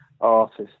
artist